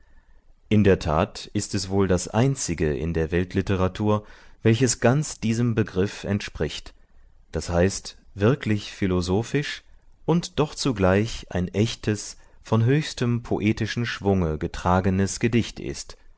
in der tat ist es wohl das einzige in der weltliteratur welches ganz diesem begriff entspricht d h wirklich philosophisch und doch zugleich ein echtes von höchstem poetischen schwunge getragenes gedicht ist